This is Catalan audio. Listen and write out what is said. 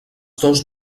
dos